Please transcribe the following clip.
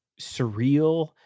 surreal